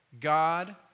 God